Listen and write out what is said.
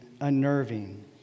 unnerving